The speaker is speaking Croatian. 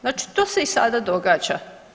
Znači to se i sada događa.